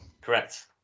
Correct